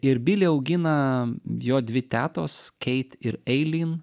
ir bilį augina jo dvi tetos keit ir eilyn